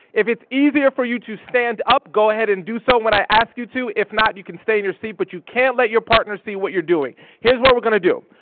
if it's easier for you to stand up, go ahead and do so when i ask you to. if not, you can stay in your seat, but you can't let your partner see what you're doing. here's what we're gonna do.